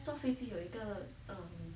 坐飞机有一个 um